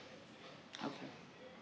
okay